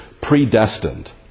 predestined